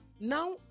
Now